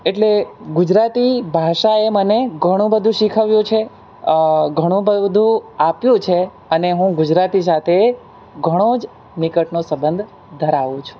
એટલે ગુજરાતી ભાષાએ મને ઘણું બધું શીખવ્યું છે ઘણું બધું આપ્યું છે અને હું ગુજરાતી સાથે ઘણો જ નિકટનો સંબંધ ધરાવું છું